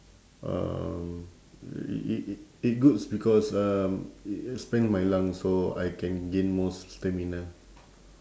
um it's it's good because um it expands my lungs so I can gain more stamina